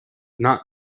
not